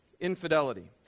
infidelity